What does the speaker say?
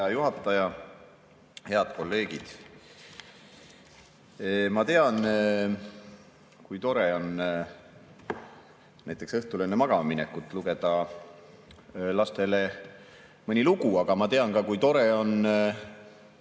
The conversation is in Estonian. hea juhataja! Head kolleegid! Ma tean, kui tore on näiteks õhtul enne magamaminekut lugeda lastele mõni lugu. Aga ma tean ka, kui tore on